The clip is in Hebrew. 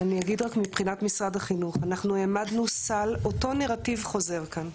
אני רק אגיד מבחינת משרד החינוך אותו נרטיב חוזר כאן: